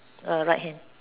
err right hand